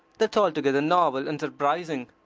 that's altogether novel, and surprising.